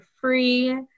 free